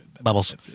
Bubbles